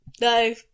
No